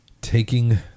Taking